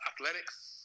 athletics